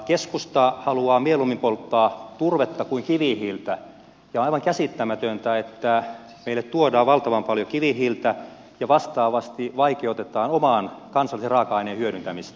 keskusta haluaa mieluummin polttaa turvetta kuin kivihiiltä ja on aivan käsittämätöntä että meille tuodaan valtavan paljon kivihiiltä ja vastaavasti vaikeutetaan oman kansallisen raaka aineen hyödyntämistä